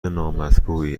نامطبوعی